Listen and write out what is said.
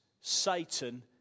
Satan